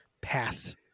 pass